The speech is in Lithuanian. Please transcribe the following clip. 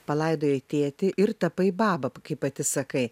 palaidojai tėtį ir tapai baba kaip pati sakai